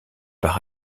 par